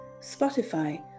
Spotify